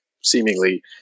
seemingly